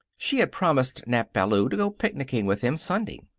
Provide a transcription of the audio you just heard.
she had promised nap ballou to go picknicking with him sunday.